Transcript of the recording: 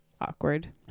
awkward